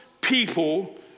people